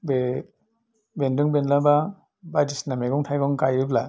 बे बेन्दों बेनला बा बायदिसिना मैगं थाइगं गायोब्ला